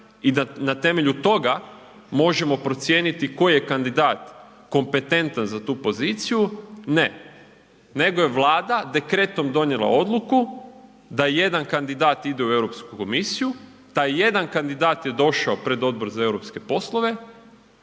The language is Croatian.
da na temelju toga možemo procijeniti koji je kandidat kompetentan za tu poziciju. Ne, nego je Vlada dekretom donijela odluku da jedan kandidat ide u Europsku komisiju, taj jedan kandidat je došao pred Odbor za eu poslove,